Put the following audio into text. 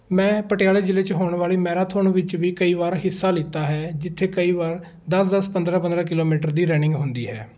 ਮੈਂ ਪਟਿਆਲੇ ਜ਼ਿਲ੍ਹੇ 'ਚ ਹੋਣ ਵਾਲੀ ਮੈਰਾਥੋਨ ਵਿੱਚ ਵੀ ਕਈ ਵਾਰ ਹਿੱਸਾ ਲਿਤਾ ਹੈ ਜਿੱਥੇ ਕਈ ਵਾਰ ਦਸ ਦਸ ਪੰਦਰਾਂ ਪੰਦਰਾਂ ਕਿਲੋਮੀਟਰ ਦੀ ਰਨਿੰਗ ਹੁੰਦੀ ਹੈ